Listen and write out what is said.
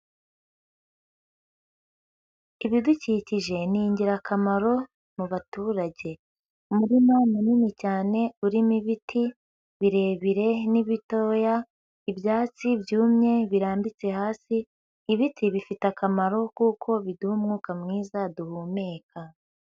Ibidukikije ni ingirakamaro mu baturage, umurima munini cyane urimo ibiti birebire n'ibitoya, ibyatsi byumye birambitse hasi, ibiti bifite akamaro kuko biduha umwuka mwiza duhumeka.